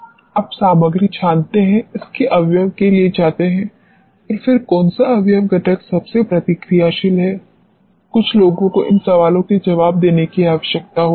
आप सामग्री छानते है इसके अवयव के लिए जाते है और फिर कौन सा अवयव घटक सबसे प्रतिक्रियाशील है कुछ लोगों को इन सवालों के जवाब देने की आवश्यकता होती है